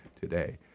today